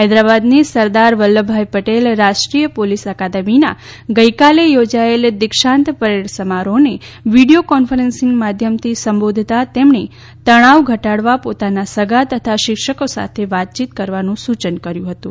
હૈદરાબાદની સરદાર વલ્લભભાઇ પટેલ રાષ્ટ્રીય પોલીસ અકાદમીના ગઇકાલે યોજાયેલ દિક્ષાંત પરેડ સમારોહને વીડીયો કોન્ફરન્સીંગ માધ્યમથી સબોધતા તેમણે તણવ ઘટાડવા પોતાના સગા તથા શિક્ષકો સાથે વાતયીત કરવાનું સુચન કર્યુ હતું